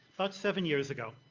about seven years ago.